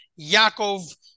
Yaakov